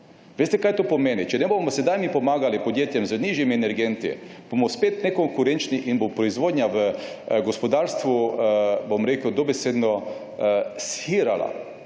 veste, kaj to pomeni? Če ne bomo sedaj mi pomagali podjetjem z nižjimi energenti, bomo spet nekonkurenčni in bo proizvodnja v gospodarstvu dobesedno shirala.